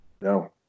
No